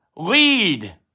Lead